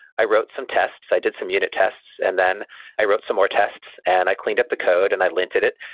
i wrote some tests. i did some unit tests and then i wrote some more tests and i cleaned up the code and i linted it.